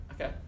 Okay